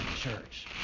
church